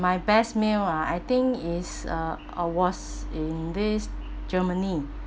my best meal ah I think is uh uh was in this germany